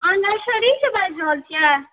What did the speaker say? अहाँ नरसरी से बाजि रहल छियै